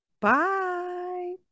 bye